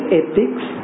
ethics